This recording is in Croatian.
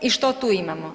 I što tu imamo?